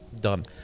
done